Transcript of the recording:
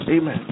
Amen